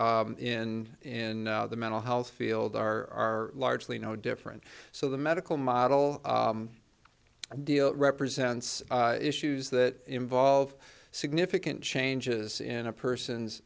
in the mental health field are largely no different so the medical model deal represents issues that involve significant changes in a person's